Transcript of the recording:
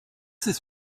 this